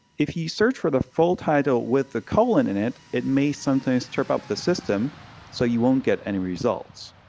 if you search for the full title with the colon in it, it may sometimes trip up the system so you won't get any results.